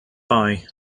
bye